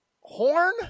Horn